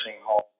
home